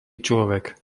človek